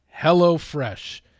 HelloFresh